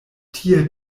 tie